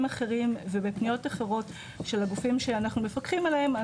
אחרים ובפניות אחרות של הגופים שאנחנו מפקחים עליהם,